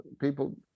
people